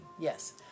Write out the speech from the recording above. yes